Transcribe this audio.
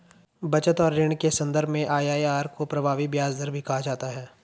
बचत और ऋण के सन्दर्भ में आई.आई.आर को प्रभावी ब्याज दर भी कहा जाता है